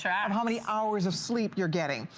yeah but how many hours of sleep you are getting,